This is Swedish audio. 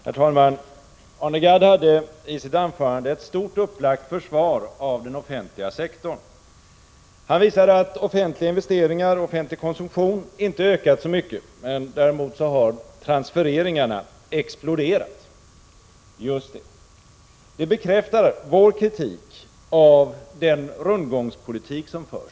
Herr talman! Arne Gadd hade i sitt anförande ett stort upplagt försvar för den offentliga sektorn. Han visade att offentliga investeringar och offentlig konsumtion inte ökat så mycket, men däremot har transfereringarna exploderat. Just det! Det bekräftar vår kritik av den rundgångspolitik som förs.